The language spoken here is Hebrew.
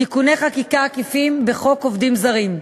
תיקוני חקיקה עקיפים בחוק עובדים זרים.